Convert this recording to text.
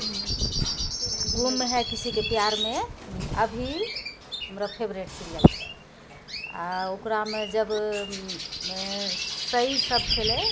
गुम है किसी के प्यार मे अभी हमरऽ फेवरेट सीरिअल छै आओर ओकरामे जब सही सब छलै